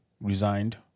resigned